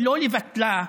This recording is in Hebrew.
ואני מבקש שתהיה סבלני.